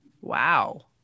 wow